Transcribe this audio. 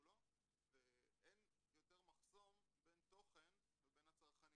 לו ואין יותר מחסום בין תוכן ובין הצרכנים,